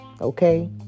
Okay